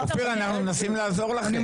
אופיר, אנחנו מנסים לעזור לכם.